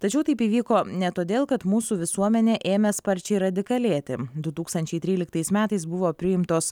tačiau taip įvyko ne todėl kad mūsų visuomenė ėmė sparčiai radikalėti du tūkstačiai tryliktais metais buvo priimtos